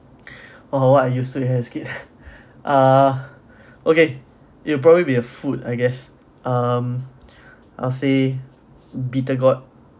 oh what I use to hate as a kid ah okay it'll probably be a food I guess um I'm say bitter gourd